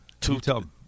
Two